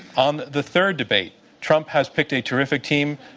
on the third debate, trump has picked a terrific team,